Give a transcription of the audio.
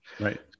right